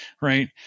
right